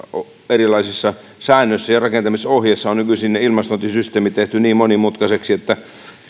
erilaisissa säännöissä ja rakentamisohjeissa on nykyisin ne ilmastointisysteemit tehty niin monimutkaisiksi että